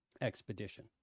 expedition